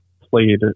played